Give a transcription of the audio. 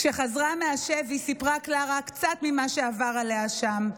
כשחזרה מהשבי, סיפרה קלרה קצת ממה שעבר עליה שם.